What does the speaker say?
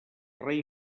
rei